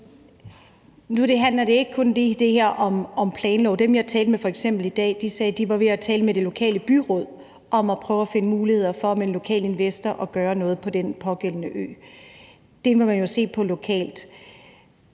Nu handler det her ikke kun om planlov. Dem, jeg f.eks. talte med i dag, sagde, at de var ved at tale med det lokale byråd om at prøve at finde muligheder for sammen med en lokal investor at gøre noget på den pågældende ø. Det må man jo se på lokalt.